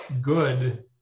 good